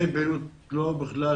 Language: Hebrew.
אין פעילות בכלל,